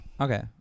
Okay